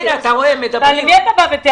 אל מי אתה בא בטענות?